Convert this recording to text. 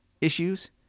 issues